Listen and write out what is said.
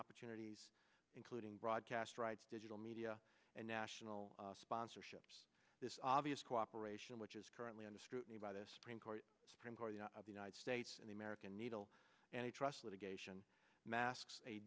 opportunities including broadcast rights digital media and national sponsorships this obvious cooperation which is currently under scrutiny by this supreme court supreme court of the united states and the american needle and trust litigation masks a